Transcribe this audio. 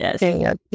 Yes